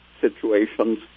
situations